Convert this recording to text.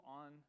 on